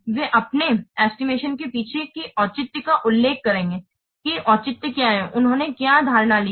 वे अपने ेसशमशन के पीछे की औचित्य का उल्लेख करेंगे कि औचित्य क्या है उन्होंने क्या धारणा ली है